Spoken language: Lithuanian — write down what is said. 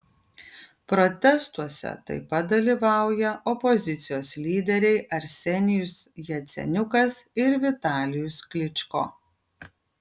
protestuose taip pat dalyvauja opozicijos lyderiai arsenijus jaceniukas ir vitalijus klyčko